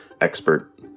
expert